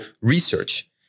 research